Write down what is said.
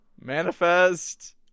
Manifest